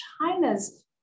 China's